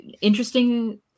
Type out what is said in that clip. Interesting